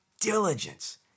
diligence